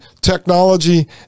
technology